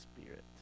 spirit